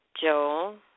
Joel